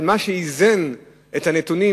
אבל מה שאיזן את הנתונים,